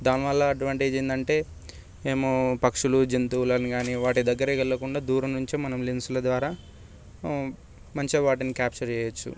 దానివల్ల అడ్వాంటేజ్ ఏంటంటే మేము పక్షులు జంతువులను అనిగానీ వాటి దగ్గరికి వెళ్లకుండా మంచిగా లెన్స్ల ద్వారా మంచిగా వాటిని క్యాప్చర్ చేయవచ్చు